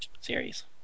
series